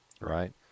right